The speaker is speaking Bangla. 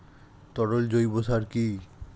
তরল জৈব সার কি?